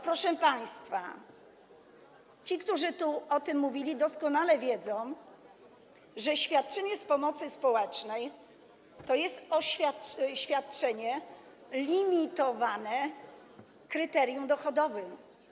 Proszę państwa, ci, którzy tu o tym mówili, doskonale wiedzą, że świadczenie z pomocy społecznej to jest świadczenie limitowane kryterium dochodowym.